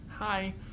Hi